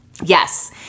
Yes